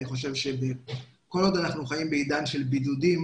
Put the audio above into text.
אני חושב שכל עוד אנחנו חיים בעידן של בידודים,